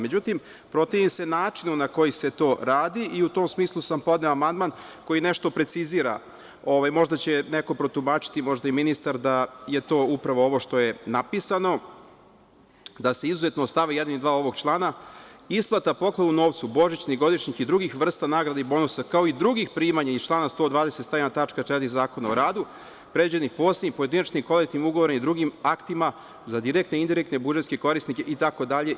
Međutim, protivim se načinu na koji se to radi i u tom smislu sam podneo amandman koji nešto precizira i možda će neko protumačiti, možda i ministar da je to upravo ovo što je napisano, da se izuzetno od st. 1. i 2. ovog člana isplata – poklon u novcu, božićnih, godišnjih nagrada i bonusa, kao i drugih primanja iz člana 120. stava 1. tačka 4. Zakona o radu, predviđenih posebnim i pojedinačnim kolektivnim ugovorima i drugim aktima, za direktne i indirektne budžetske korisnike itd…